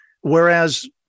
Whereas